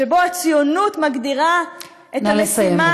שבו הציונות מגדירה את המשימה, נא לסיים.